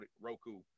Roku